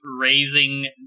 raising